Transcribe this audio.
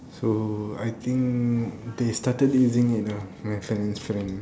so I think they started using it ah my friend his friend